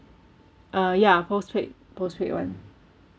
uh ya postpaid postpaid [one]